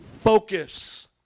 focus